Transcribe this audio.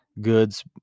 goods